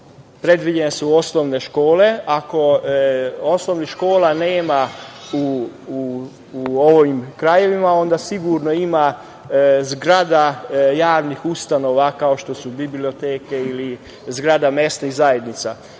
predviđene osnovne škole. Ako osnovnih škola nema u ovim krajevima, onda sigurno ima zgrada javnih ustanova, kao što su biblioteke, ili zgrade mesnih zajednica.